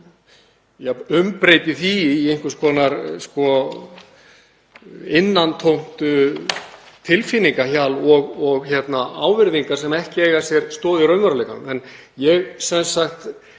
umbreyti því í einhvers konar innantómt tilfinningahjal og ávirðingar sem ekki eiga sér stoð í raunveruleikanum. Ég